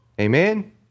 Amen